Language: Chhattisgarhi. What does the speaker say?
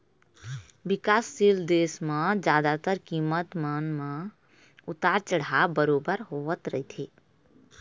बिकासशील देश म जादातर कीमत मन म उतार चढ़ाव बरोबर होवत रहिथे